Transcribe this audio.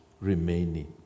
remaining